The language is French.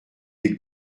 les